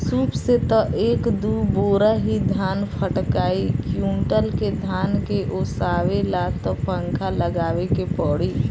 सूप से त एक दू बोरा ही धान फटकाइ कुंयुटल के धान के ओसावे ला त पंखा लगावे के पड़ी